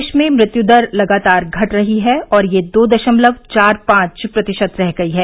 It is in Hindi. देश में मृत्यु दर लगातार घट रही है और यह दो दशमलव चार पांच प्रतिशत रह गई है